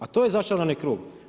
A to je začarani krug.